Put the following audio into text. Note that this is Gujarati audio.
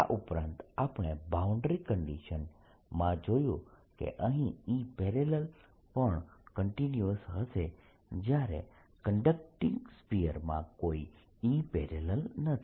આ ઉપરાંત આપણે બાઉન્ડ્રી કન્ડીશન માં જોયું કે અહીં E પેરેલલ પણ કન્ટિન્યુઅસ હશે જ્યારે કંડકટીંગ સ્ફીયરમાં કોઈ E પેરેલલ નથી